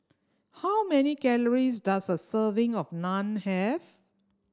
how many calories does a serving of Naan have